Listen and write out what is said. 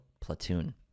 *Platoon*